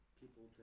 people